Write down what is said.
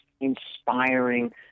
inspiring